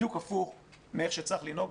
בדיוק הפוך מאיך שצריך לנהוג.